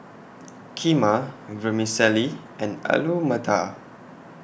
Kheema Vermicelli and Alu Matar